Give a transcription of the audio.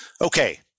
Okay